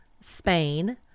Spain